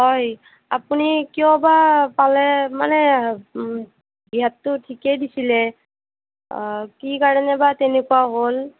হয় আপুনি কিয়বা পালে মানে দিয়াততো ঠিকে দিছিলে কি কাৰণে বা তেনেকুৱা হ'ল